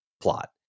plot